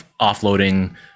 offloading